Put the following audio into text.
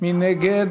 מי נגד